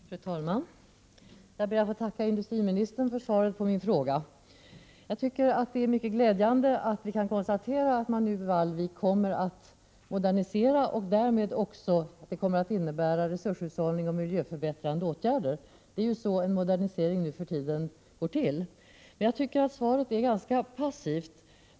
Fru talman! Jag ber att få tacka industriministern för svaret på min fråga. Det är mycket glädjande att kunna konstatera att man kommer att modernisera anläggningen i Vallvik och att det kommer att innebära resurshushållning och miljöförbättrande åtgärder. Det är ju så en modernise ring nu för tiden går till. Men jag tycker att svaret är ganska passivt.